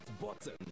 button